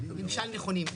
ממשל נכונים.